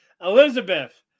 Elizabeth